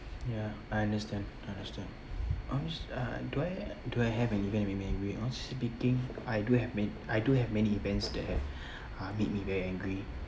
ya I understand understand honest~ uh do I do I have an event make me angry honestly speaking I do have ma~ I do have many events that uh made me very angry